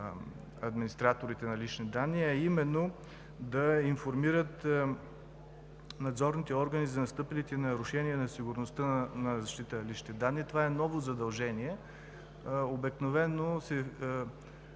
администраторите на лични данни, а именно да информират надзорните органи за настъпилите нарушения на сигурността за защита на личните данни. Това е ново задължение. Обикновено се